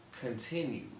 Continue